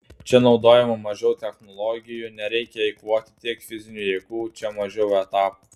čia naudojama mažiau technologijų nereikia eikvoti tiek fizinių jėgų čia mažiau etapų